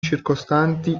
circostanti